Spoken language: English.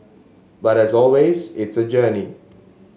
but as always it's a journey